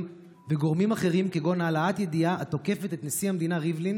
וגורמים אחרים כגון העלאת ידיעה התוקפת את נשיא המדינה ריבלין